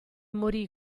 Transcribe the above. morì